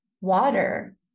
water